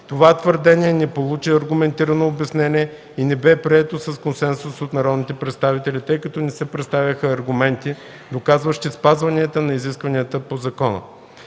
Това твърдение не получи аргументирано обяснение и не бе прието с консенсус от народните представители, тъй като не се представиха аргументи, доказващи спазването на изискванията на закона.